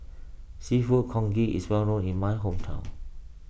Seafood Congee is well known in my hometown